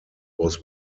was